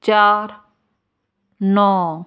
ਚਾਰ ਨੌ